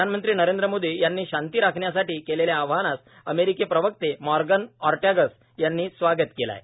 प्रधानमंत्री नरेंद्र मोदी यांनी शांती राखण्यासाठी केलेल्या आवाहनाचं अमेरिकी प्रवक्ते मॉर्गन ओर्टागस यांनी स्वागत केलं आहे